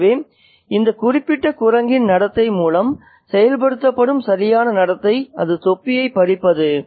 எனவே இந்த குறிப்பிட்ட குரங்கின் நடத்தை மூலம் செயல்படுத்தப்படும் சரியான நடத்தை அது தொப்பியைப் பறித்தது